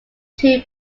two